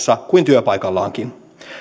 kuin työpaikallakin